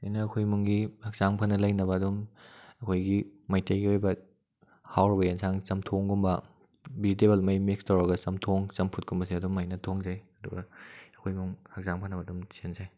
ꯑꯩꯅ ꯑꯩꯈꯣꯏ ꯏꯃꯨꯡꯒꯤ ꯍꯛꯆꯥꯡ ꯐꯅ ꯂꯩꯅꯕ ꯑꯗꯨꯝ ꯑꯩꯈꯣꯏꯒꯤ ꯃꯩꯇꯩꯒꯤ ꯑꯣꯏꯕ ꯍꯥꯎꯔꯕ ꯑꯦꯟꯁꯥꯡ ꯆꯝꯊꯣꯡꯒꯨꯝꯕ ꯚꯤꯖꯤꯇꯦꯕꯜꯉꯩ ꯃꯤꯛꯁ ꯇꯧꯔꯒ ꯆꯝꯊꯣꯡ ꯆꯝꯐꯨꯠꯀꯨꯝꯕꯁꯦ ꯑꯗꯨꯃꯥꯏꯅ ꯊꯣꯡꯖꯩ ꯑꯗꯨꯒ ꯑꯩꯈꯣꯏ ꯏꯃꯨꯡ ꯍꯛꯆꯥꯡ ꯐꯅꯕ ꯑꯗꯨꯝ ꯁꯤꯟꯖꯩ